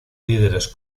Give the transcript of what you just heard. líderes